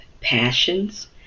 passions